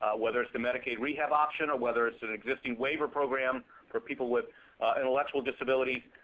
ah whether it's the medicaid rehab option or whether it's an existing waiver program for people with intellectual disabilities.